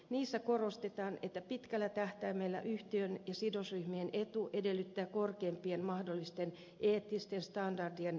niissä korostetaan että pitkällä tähtäimellä yhtiön ja sidosryhmien etu edellyttää korkeimpien mahdollisten eettisten standardien noudattamista